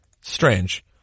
strange